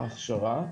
הכשרה.